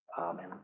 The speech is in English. Amen